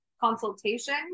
consultation